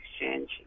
Exchange